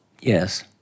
Yes